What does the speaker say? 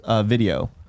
video